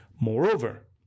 Moreover